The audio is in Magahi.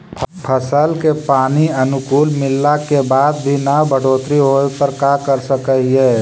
फसल के पानी अनुकुल मिलला के बाद भी न बढ़ोतरी होवे पर का कर सक हिय?